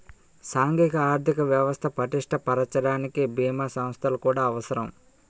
సాంఘిక ఆర్థిక వ్యవస్థ పటిష్ట పరచడానికి బీమా సంస్థలు కూడా అవసరం